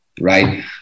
right